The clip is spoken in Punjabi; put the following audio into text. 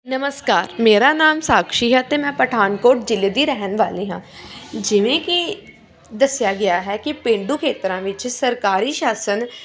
ਨਮਸਕਾਰ ਮੇਰਾ ਨਾਮ ਸਾਕਸ਼ੀ ਹੈ ਅਤੇ ਮੈਂ ਪਠਾਨਕੋਟ ਜ਼ਿਲ੍ਹੇ ਦੀ ਰਹਿਣ ਵਾਲੀ ਹਾਂ ਜਿਵੇਂ ਕਿ ਦੱਸਿਆ ਗਿਆ ਹੈ ਕਿ ਪੇਂਡੂ ਖੇਤਰਾਂ ਵਿੱਚ ਸਰਕਾਰੀ ਸ਼ਾਸਨ